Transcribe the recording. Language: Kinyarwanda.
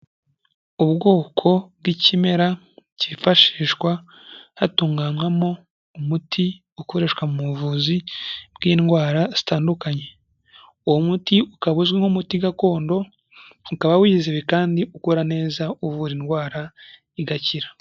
Ubwoko bw'ikimera cyifashishwa hatunganywamo umuti ukoreshwa mu buvuzi bw'indwara zitandukanye, uwo muti ukaba uzwi nk'umuti gakondo, ukaba wizewe kandi ukora neza uvura indwara igakira.